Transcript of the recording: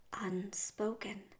unspoken